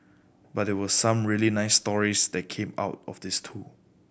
but there were some really nice stories that came out of this too